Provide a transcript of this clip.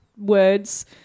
words